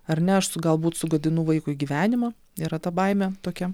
ar ne aš su galbūt sugadinu vaikui gyvenimą yra ta baimė tokia